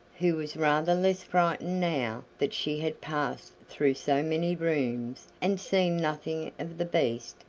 who was rather less frightened now that she had passed through so many rooms and seen nothing of the beast,